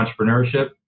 entrepreneurship